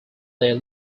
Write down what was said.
their